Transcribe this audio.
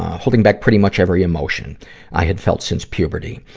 holding back pretty much every emotion i had felt since puberty.